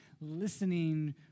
listening